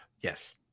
Yes